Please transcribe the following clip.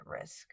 risk